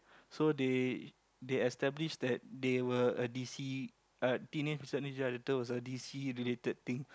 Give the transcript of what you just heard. so they they establish that they were a D_C uh Teenage-Mutant-Ninja-Turtle was a D_C related thing